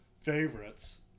favorites